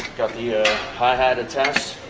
got the hi-hat attacks